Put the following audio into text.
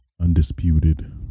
undisputed